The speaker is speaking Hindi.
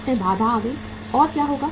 इसमें बाधा आ गई और क्या होगा